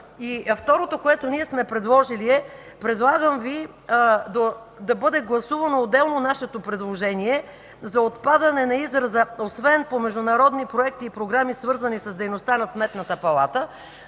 Второто, което сме предложили – предлагам Ви да бъде гласувано отделно нашето предложение за отпадане на израза „освен по международни проекти и програми, свързани с дейността на Сметната палата”,